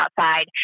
outside